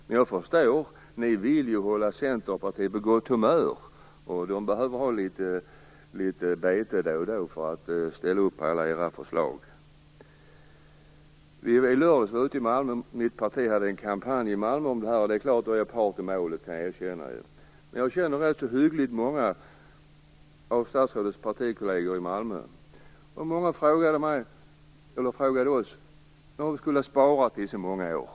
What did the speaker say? Men jag förstår; ni vill ju hålla Centerpartiet på gott humör, och de behöver få litet bete då och då för att ställa upp på alla era förslag. I lördags hade mitt parti en kampanj om det här i Malmö. Det är klart att jag är part i målet, det får jag erkänna, men jag känner hyggligt många av statsrådets partikolleger i Malmö. Många frågade oss: Vi skulle ju spara i många år.